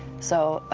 so